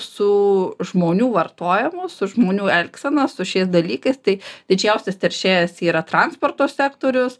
su žmonių vartojimu su žmonių elgsena su šiais dalykais tai didžiausias teršėjas yra transporto sektorius